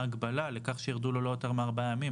ההגבלה לכך שירדו לו לא יותר מארבעה ימים,